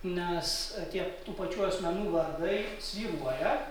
nes tiek pačių asmenų vardai svyruoja